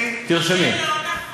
זה לא נכון.